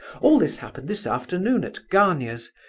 all this happened this afternoon, at gania's.